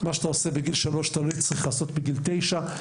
מה שאתה עושה בגיל שלוש אתה לא תצטרך לעשות בגיל תשע,